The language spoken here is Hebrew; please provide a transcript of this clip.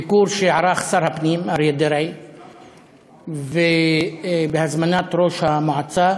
ביקור שערך שר הפנים אריה דרעי בהזמנת ראש המועצה